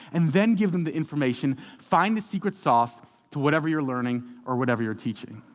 and then give them the information. find the secret sauce to whatever you're learning or whatever you're teaching.